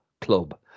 club